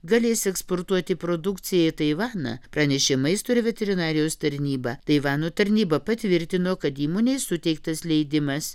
galės eksportuoti produkciją į taivaną pranešė maisto ir veterinarijos tarnyba taivano tarnyba patvirtino kad įmonei suteiktas leidimas